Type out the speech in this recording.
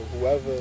whoever